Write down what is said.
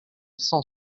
cent